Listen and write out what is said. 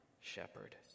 shepherd